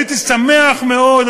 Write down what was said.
הייתי שמח מאוד,